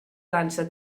dansa